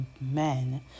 men